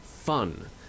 fun